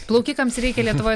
plaukikams reikia lietuvoj